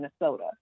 Minnesota